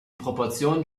proportionen